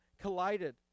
collided